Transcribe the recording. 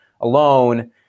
alone